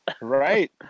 Right